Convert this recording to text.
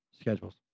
schedules